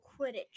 Quidditch